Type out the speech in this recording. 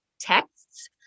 texts